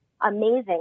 amazing